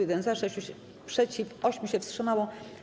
431 - za, 6 - przeciw, 8 się wstrzymało.